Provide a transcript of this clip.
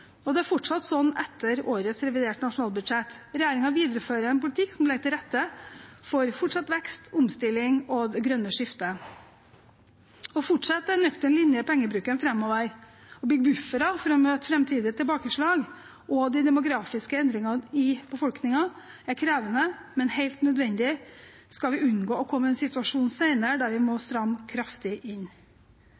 og finanspolitikk. Og det er fortsatt sånn etter årets reviderte nasjonalbudsjett. Regjeringen viderefører en politikk som legger til rette for fortsatt vekst, omstilling og det grønne skriftet. Å fortsette en nøktern linje når det gjelder pengebruk framover, og å bygge buffere for å møte framtidige tilbakeslag og de demografiske endringene i befolkningen er krevende, men helt nødvendig hvis vi skal unngå å komme i en situasjon senere der vi må